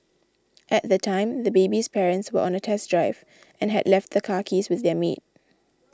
at the time the baby's parents were on a test drive and had left the car keys with their maid